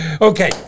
Okay